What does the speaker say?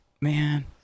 man